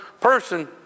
person